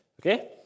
Okay